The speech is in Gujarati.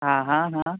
હા હા હા